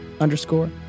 underscore